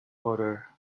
odor